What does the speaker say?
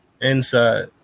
inside